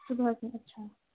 صُبح سے اچھا